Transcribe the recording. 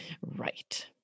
Right